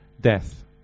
death